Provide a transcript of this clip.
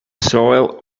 soil